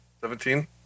seventeen